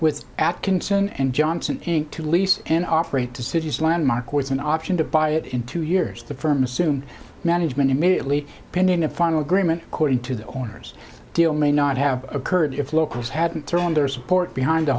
with atkinson and johnson inc to lease an offer to city's landmark with an option to buy it in two years the firm assume management immediately opinion a final agreement cording to the owners deal may not have occurred if locals hadn't thrown their support behind